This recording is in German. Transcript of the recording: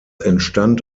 entstand